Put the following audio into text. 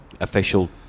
official